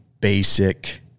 basic